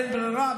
אין ברירה,